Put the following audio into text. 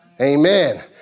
Amen